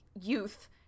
youth